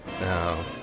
No